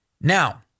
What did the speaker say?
Now